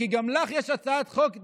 כי גם לך יש הצעת חוק זהה,